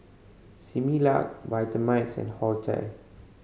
Similac Vitamix and Horti